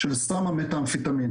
של סם המתאמפטמין.